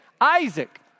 Isaac